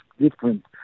different